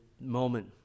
moment